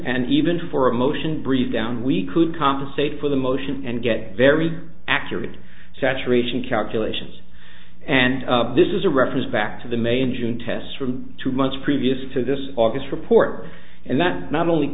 and even for a motion brief down we could compensate for the motion and get very accurate saturation calculations and this is a reference back to the main june tests from two months previous to this august report and that not only